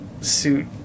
suit